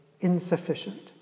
insufficient